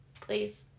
Please